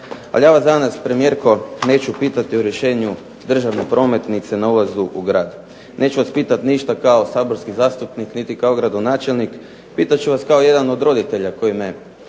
Ali ja vas danas premijerko neću pitati o rješenju državne prometnice na ulazu u grad. Neću vas pitati ništa kao saborski zastupnik niti kao gradonačelnik, pitat ću vas kao jedan od roditelja koji me